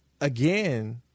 again